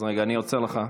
אז רגע, אני עוצר לך.